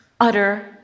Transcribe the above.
utter